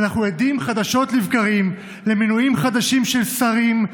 ואנחנו עדים חדשות לבקרים למינויים חדשים של שרים,